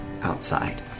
outside